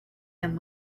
him